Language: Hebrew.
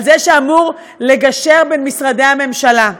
על זה שאמור לגשר בין משרדי הממשלה.